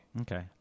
Okay